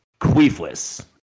queefless